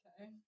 Okay